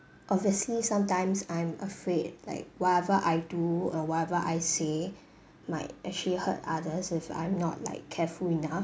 obviously sometimes I'm afraid like whatever I do or whatever I say might actually hurt others if I'm not like careful enough